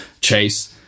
Chase